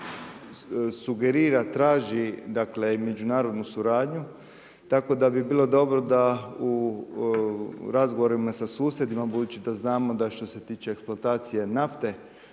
sugerira, traži, dakle i međunarodnu suradnju. Tako da bi bilo dobro da u razgovorima sa susjedima, budući da znamo da što se tiče eksploatacije nafte,